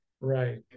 right